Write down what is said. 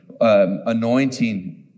anointing